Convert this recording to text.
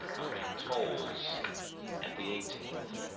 tommy tolles at the eighteenth